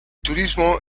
turismo